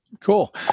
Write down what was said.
cool